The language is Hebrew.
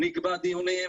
נקבעו דיונים.